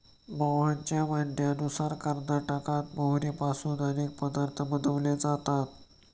मोहनच्या म्हणण्यानुसार कर्नाटकात मोहरीपासून अनेक पदार्थ बनवले जातात